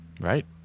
Right